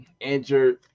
injured